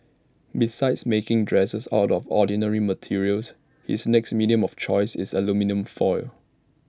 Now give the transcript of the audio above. besides making dresses out of ordinary materials his next medium of choice is aluminium foil